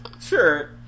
Sure